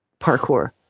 parkour